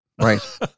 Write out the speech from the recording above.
Right